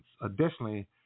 Additionally